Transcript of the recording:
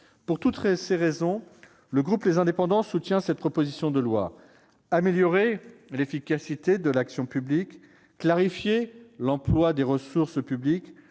Pour toutes ces raisons, le groupe Les Indépendants apporte son soutien à cette proposition de loi. Améliorer l'efficacité de l'action publique, clarifier l'emploi des ressources publiques,